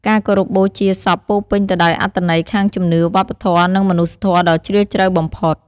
ការគោរពបូជាសពពោរពេញទៅដោយអត្ថន័យខាងជំនឿ វប្បធម៌ និងមនុស្សធម៌ដ៏ជ្រាលជ្រៅបំផុត។